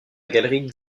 galerie